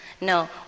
No